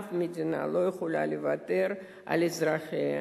אף מדינה לא יכולה לוותר על אזרחיה,